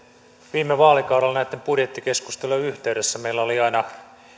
viime vaalikaudella näitten budjettikeskustelujen yhteydessä meillä oli aina